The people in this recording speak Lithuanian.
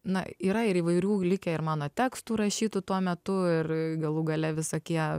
na yra ir įvairių likę ir mano tekstų rašytų tuo metu ir galų gale visokie